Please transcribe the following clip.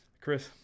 Chris